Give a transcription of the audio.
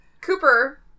cooper